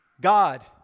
God